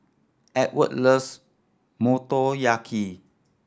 Edward loves Motoyaki